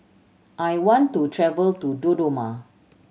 I want to travel to Dodoma